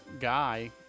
guy